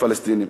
הפלסטינים,